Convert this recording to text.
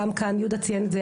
גם כאן יהודה ציין את זה,